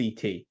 CT